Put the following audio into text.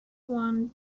one